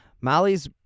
Molly's